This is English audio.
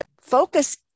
focus